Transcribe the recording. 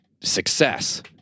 success